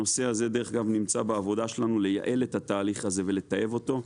הנושא הזה דרך אגב נמצא בעבודה שלנו לייעל את התהליך הזה ולטייב אותו,